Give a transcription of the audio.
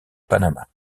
panama